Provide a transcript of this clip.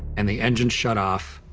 and the engines shut off